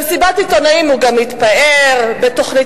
במסיבת עיתונאים הוא גם התפאר בתוכנית